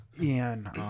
Ian